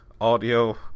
audio